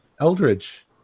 Eldridge